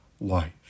life